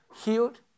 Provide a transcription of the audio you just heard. healed